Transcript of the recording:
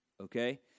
Okay